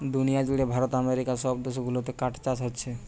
দুনিয়া জুড়ে ভারত আমেরিকা সব দেশ গুলাতে কাঠ চাষ হোচ্ছে